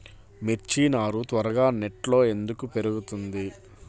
మిర్చి నారు త్వరగా నెట్లో ఎందుకు పెరుగుతుంది?